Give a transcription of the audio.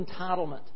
entitlement